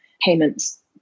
payments